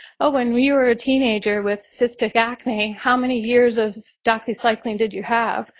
oh, when we were a teenagers with cystic acne, how many years of doxycycline did you have?